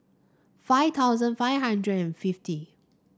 five thousand five hundred and fifty